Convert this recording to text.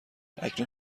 اکنون